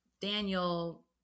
Daniel